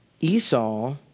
Esau